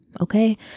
okay